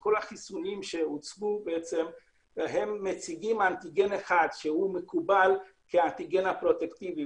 שכל החיסונים שהוצגו מציגים אנטיגן אחד שמקובל כאנטיגן הפרוטקטיבי,